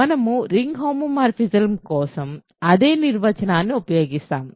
మనము రింగ్ హోమోమార్ఫిజమ్ల కోసం అదే నిర్వచనాన్ని ఉపయోగిస్తాము